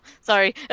sorry